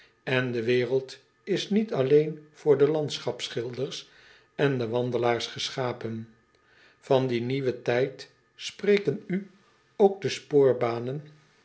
en de wereld is niet alleen voor de landschapschilders en de wandelaars geschapen an dien nieuwen tijd spreken u ook de spoorbanen